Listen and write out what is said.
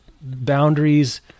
boundaries